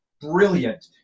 brilliant